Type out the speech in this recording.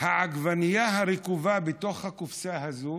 העגבנייה הרקובה בתוך הקופסה הזאת